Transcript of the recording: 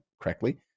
correctly